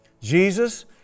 Jesus